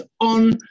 on